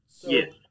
Yes